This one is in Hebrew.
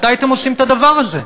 מתי אתם עושים את הדבר הזה?